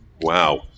wow